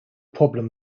problem